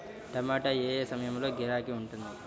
టమాటా ఏ ఏ సమయంలో గిరాకీ ఉంటుంది?